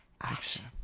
Action